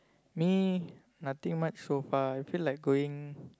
me nothing much so far feel like going